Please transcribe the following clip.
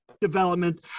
development